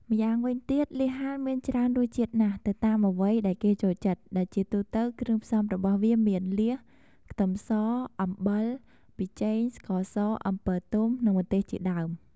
ម្យ៉ាងវិញទៀតលៀសហាលមានច្រើនរសជាតិណាស់ទៅតាមអ្វីដែលគេចូលចិត្ត ដែលជាទូទៅគ្រឿងផ្សំរបស់វាមាន លៀស ខ្ទឹមស អំបិល ប៊ីចេង ស្ករស អំពិលទុំ និងម្ទេសជាដើម។